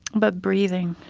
but breathing.